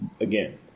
again